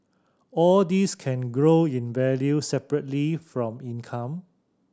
all these can grow in value separately from income